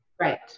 Right